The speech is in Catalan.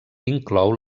inclou